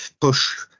push